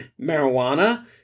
marijuana